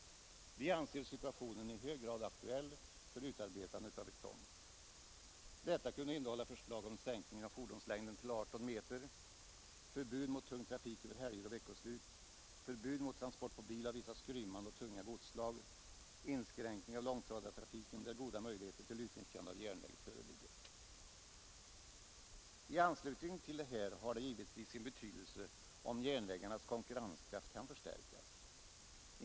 Vi anser situationen i hög grad aktuell för utarbetandet av ett sådant. Detta kunde innehålla förslag om sänkning av fordonslängden till 18 meter, förbud mot tung trafik över helger och veckoslut, förbud mot transport på bil av vissa skrymmande och tunga godsslag samt inskränkning av långtradartrafiken där goda möjligheter till utnyttjande av järnväg föreligger. I anslutning till detta har det givetvis sin betydelse om järnvägarnas konkurrenskraft kan förstärkas.